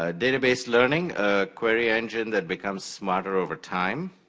ah database learning a query engine that becomes smarter over time,